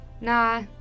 Nah